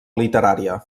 literària